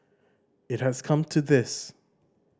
it has come to this